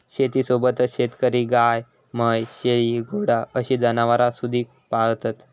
शेतीसोबतच शेतकरी गाय, म्हैस, शेळी, घोडा अशी जनावरांसुधिक पाळतत